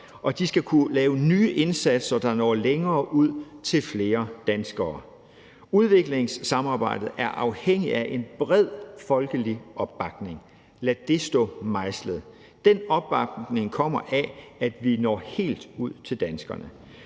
og de skal kunne lave nye indsatser, der når længere ud til flere danskere. Udviklingssamarbejdet er afhængigt af en bred folkelig opbakning. Lad det stå mejslet! Den opbakning kommer af, at vi når helt ud til danskerne,